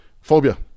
Phobia